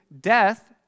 death